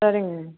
சரிங்க